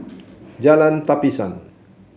Jalan Tapisan